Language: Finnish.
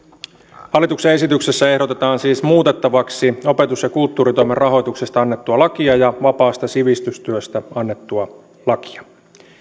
hallituksen esityksessä ehdotetaan siis muutettavaksi opetus ja kulttuuritoimen rahoituksesta annettua lakia ja vapaasta sivistystyöstä annettua lakia